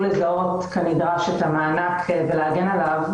לזהות כנדרש את המענק ולהגן עליו,